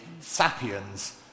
Sapiens